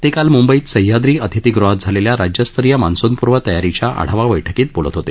ते काल मुंबईत सहयाद्री अतिथिगृहात झालेल्या राज्यस्तरीय मान्सूनपूर्व तयारीच्या आढावा बैठकीत बोलत होते